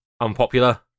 unpopular